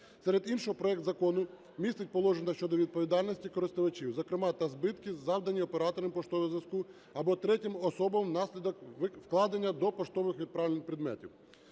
Серед іншого проект закону містить положення щодо відповідальності користувачів, зокрема, та збитки, завдані операторам поштового зв'язку, або третім особам внаслідок вкладення до поштових відправлень предметів,